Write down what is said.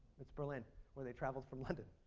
it's berlin when they traveled from london.